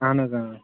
اَہَن حظ آ